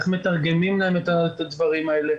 איך מתרגמים להם את הדברים האלה?